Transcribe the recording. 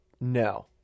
no